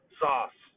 sauce